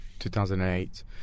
2008